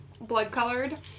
blood-colored